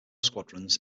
squadrons